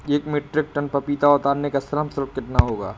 एक metric tonne पपीता उतारने का श्रम शुल्क कितना होगा?